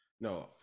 no